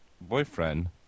boyfriend